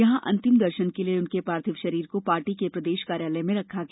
यहां अंतिम दर्शन के लिए उनके पार्थिव शरीर को पार्टी के प्रदेश कार्यालय में रखा गया